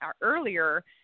earlier